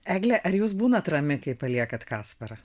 egle ar jūs būnat rami kai paliekat kasparą